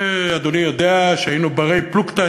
אדוני יודע שהיינו בני-פלוגתא.